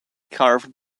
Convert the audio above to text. carved